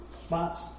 spots